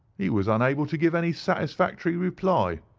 he was unable to give any satisfactory reply.